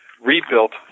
rebuilt